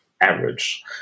average